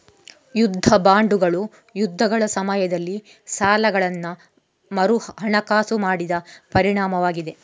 ಯುದ್ಧ ಬಾಂಡುಗಳು ಯುದ್ಧಗಳ ಸಮಯದಲ್ಲಿ ಸಾಲಗಳನ್ನು ಮರುಹಣಕಾಸು ಮಾಡಿದ ಪರಿಣಾಮವಾಗಿದೆ